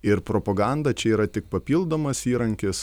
ir propaganda čia yra tik papildomas įrankis